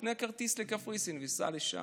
תקנה כרטיס לקפריסין וסע לשם.